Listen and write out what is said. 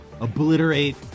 obliterate